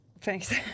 Thanks